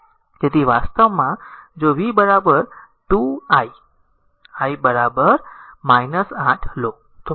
તેથી વાસ્તવમાં જો v r 2 i i 8